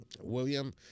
William